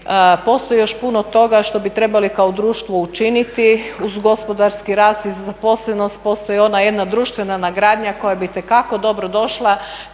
postoji još puno toga što bi trebali kao društvo učiniti. Uz gospodarski rast i zaposlenost postoji ona jedna društvena nagradnja koja bi itekako dobro došla